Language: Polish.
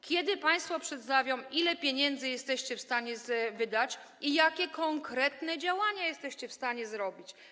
Kiedy państwo przestawią, ile pieniędzy jesteście w stanie wydać i jakie konkretnie działania jesteście w stanie podjąć?